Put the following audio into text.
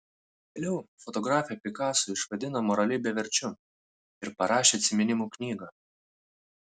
vėliau fotografė picasso išvadino moraliai beverčiu ir parašė atsiminimų knygą